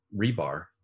rebar